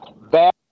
bad